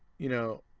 you know.